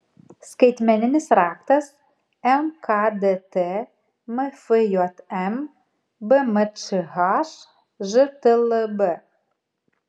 skaitmeninis raktas mkdt mfjm bmčh žtlb